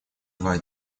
два